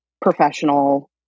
professional